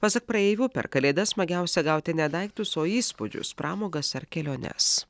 pasak praeivių per kalėdas smagiausia gauti ne daiktus o įspūdžius pramogas ar keliones